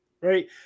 right